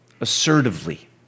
assertively